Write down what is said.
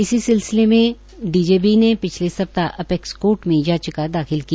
इसी सिलसिले में डीजेबी ने पिछले सप्ताह अपैक्स कोर्ट में याचिका दाखिल की